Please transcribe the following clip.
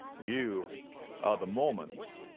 you are the mormons.